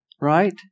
Right